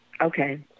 Okay